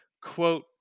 quote